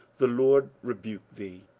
the lord rebuke thee?